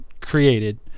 created